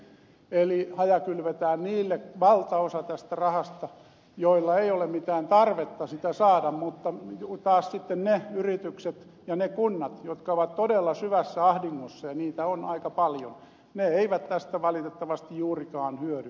eli hajakylvetään valtaosa tästä rahasta niille joilla ei ole mitään tarvetta sitä saada mutta taas sitten ne yritykset ja ne kunnat jotka ovat todella syvässä ahdingossa ja niitä on aika paljon eivät tästä valitettavasti juurikaan hyödy